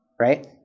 right